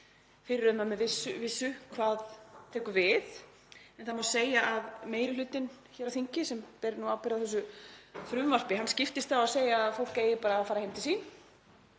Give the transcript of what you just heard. fyrir um það með vissu hvað tekur við. En það má segja að meiri hlutinn hér á þingi, sem ber ábyrgð á þessu frumvarpi, skiptist á að segja að fólk eigi bara að fara heim til sín